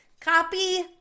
Copy